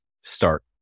start